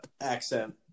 accent